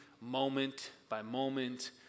moment-by-moment